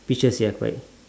pictures ya correct